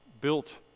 built